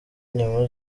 inyama